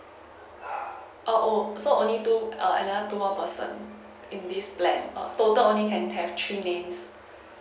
err oh so only two add another two more person in this plan err total only can have three names